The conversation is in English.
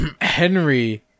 henry